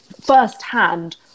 firsthand